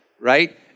right